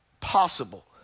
possible